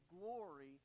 glory